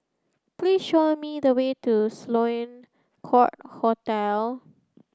please show me the way to Sloane Court Hotel